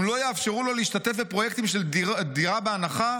אם לא יאפשרו לו להשתתף בפרויקטים של דירה בהנחה,